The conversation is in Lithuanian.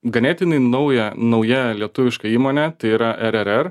ganėtinai nauja nauja lietuviška įmonė tai yra r r r